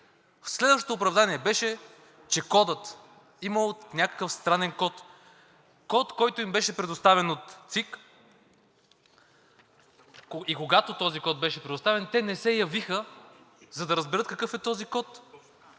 Следващото оправдание беше, че кодът – имало някакъв странен код. Код, който им беше предоставен от ЦИК, и когато този код беше предоставен, те не се явиха, за да разберат какъв е този код.